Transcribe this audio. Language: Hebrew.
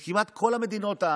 כל המדינות,